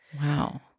Wow